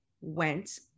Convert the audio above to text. went